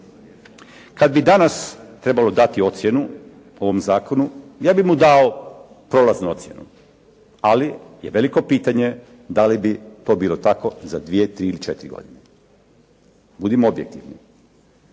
Kad bi danas trebalo dati ocjenu ovom zakonu, ja bih mu dao prolaznu ocjenu, ali je veliko pitanje da li bi to bilo tako i za 2, 3 ili 4 godine. Budimo objektivni.